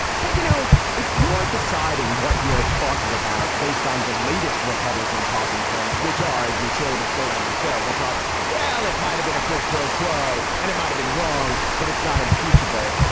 but you know if you are deciding what you are talking about based on the latest republican talking points which are as we showed and played on this show which are well it might have been a quid pro quo and it might have been wrong but it's not impeachable.